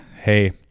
Hey